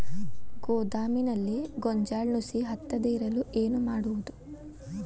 ಗೋದಾಮಿನಲ್ಲಿ ಗೋಂಜಾಳ ನುಸಿ ಹತ್ತದೇ ಇರಲು ಏನು ಮಾಡುವುದು?